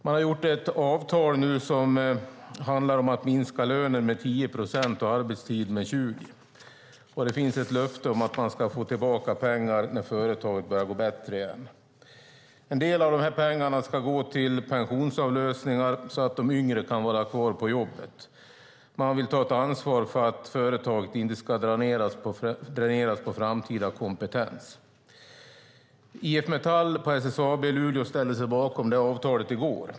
Man har gjort ett avtal som handlar om att minska lönen med 10 procent och arbetstiden med 20 procent. Det finns ett löfte om att man ska få tillbaka pengar när företaget börjar gå bättre igen. En del av pengarna ska gå till pensionsavlösningar, så att de yngre kan vara kvar på jobbet. Man vill ta ansvar för att företaget inte ska dräneras på framtida kompetens. IF Metall på SSAB i Luleå ställde sig bakom avtalet i går.